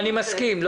אני מסכים.